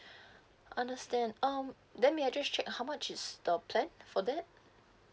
understand um then may I just check how much is the plan for that